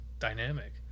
dynamic